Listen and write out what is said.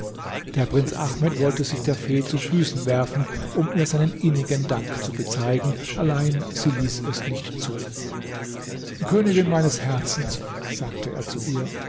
der prinz ahmed wollte sich der fee zu füßen werfen um ihr seinen innigen dank zu bezeigen allein sie ließ es nicht zu königin meines herzens sagte er zu ihr